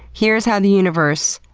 here is how the universe,